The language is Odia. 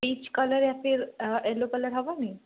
ପିଚ୍ କଲର ୟା ଫିର ୟଲୋ କଲର ହେବନି